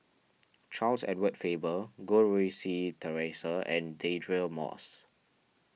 Charles Edward Faber Goh Rui Si theresa and Deirdre Moss